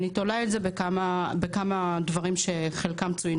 אני תולה את זה בכמה דברים שחלקם צוינו